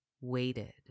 Waited